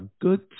good